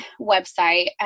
website